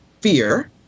fear